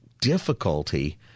difficulty